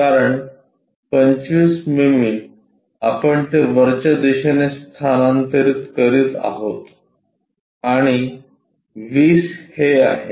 कारण 25 मिमी आपण ते वरच्या दिशेने स्थानांतरित करीत आहोत आणि 20 हे आहे